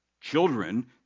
children